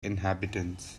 inhabitants